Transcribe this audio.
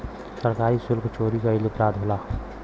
सरकारी सुल्क चोरी कईल अपराध होला